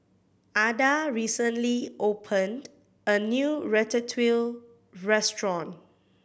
Adah recently opened a new Ratatouille Restaurant